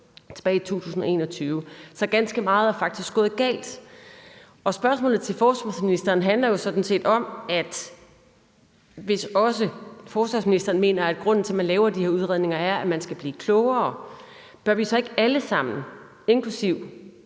tilbage i 2021. Så ganske meget er faktisk gået galt. Spørgsmålet til forsvarsministeren lyder jo sådan set: Hvis også forsvarsministeren mener, at grunden til, at man laver de her udredninger, er, at man skal blive klogere, bør vi så ikke alle sammen, inklusive